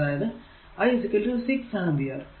അതായതു I 6 ampere